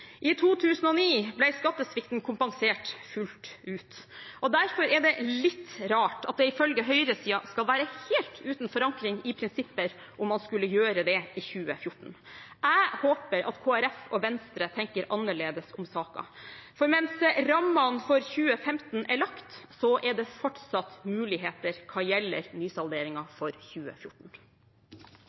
I 2009 ble skattesvikten kompensert fullt ut, og derfor er det litt rart at det ifølge høyresiden skal være helt uten forankring i prinsipper om man skulle gjøre det i 2014. Jeg håper at Kristelig Folkeparti og Venstre tenker annerledes om saken, for mens rammene for 2015 er lagt, er det fortsatt muligheter når det gjelder nysalderingen for 2014.